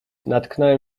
natknąłem